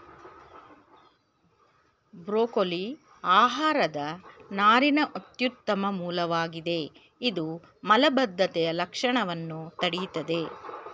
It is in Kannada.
ಬ್ರೋಕೊಲಿ ಆಹಾರದ ನಾರಿನ ಅತ್ಯುತ್ತಮ ಮೂಲವಾಗಿದೆ ಇದು ಮಲಬದ್ಧತೆಯ ಲಕ್ಷಣವನ್ನ ತಡಿತದೆ